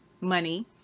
money